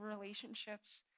relationships